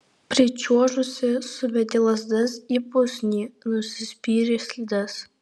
pričiuožusi subedė lazdas į pusnį nusispyrė slides